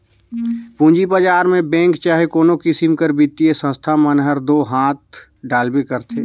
पूंजी बजार में बेंक चहे कोनो किसिम कर बित्तीय संस्था मन हर दो हांथ डालबे करथे